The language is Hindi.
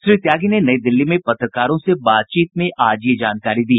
श्री त्यागी ने नई दिल्ली में पत्रकारों से बातचीत में आज ये जानकारी दी